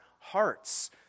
Hearts